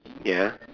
ya